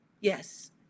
yes